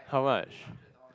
how much